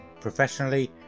professionally